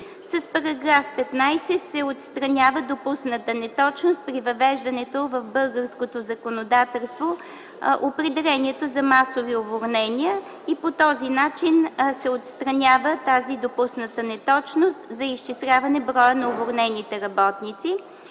С § 15 се отстранява допусната неточност при въвеждането в българското законодателство на определението за масови уволнения, като по този начин се отстранява тази допусната неточност за изчисляване броя на уволнените работници.